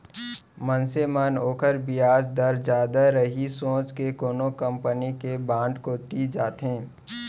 मनसे मन ओकर बियाज दर जादा रही सोच के कोनो कंपनी के बांड कोती जाथें